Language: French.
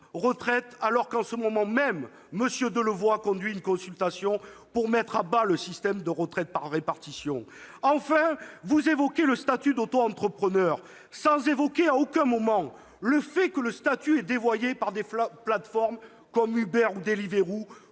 retraite, alors que, en ce moment même, M. Delevoye conduit une consultation pour mettre à bas notre système par répartition. Vous évoquez le statut d'auto-entrepreneur sans, à aucun moment, mentionner le fait que ce statut est dévoyé par des plateformes comme Uber ou Deliveroo